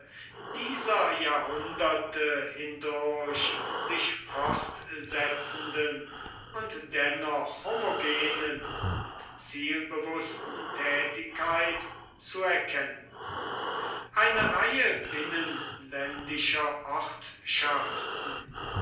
dieser jahrhunderte hindurch sich fortsetzenden und dennoch homogenen und zielbewußten tätigkeit zu erkennen eine reihe binnenländischer